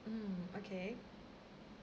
mm okay